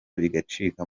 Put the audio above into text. bigacika